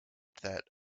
that